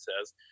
says